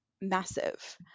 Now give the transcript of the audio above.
massive